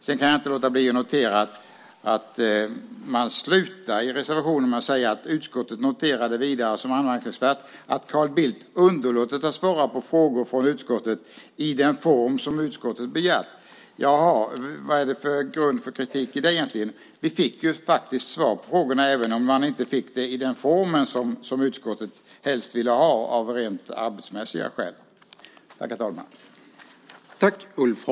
Sedan kan jag inte låta bli att notera att man avslutar reservationen med att säga: "Utskottet noterar det vidare som anmärkningsvärt att Carl Bildt underlåtit att svara på frågor från utskottet i den form som utskottet begärt." Vilken grund för kritik ligger egentligen i det? Vi fick faktiskt svar på frågorna även om det inte var i den form som utskottet av rent arbetsmässiga skäl helst ville ha.